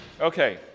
okay